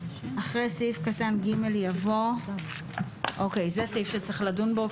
בסעיף 7 - (ב) אחרי סעיף קטן (ג) יבוא: זה סעיף שצריך לדון בו.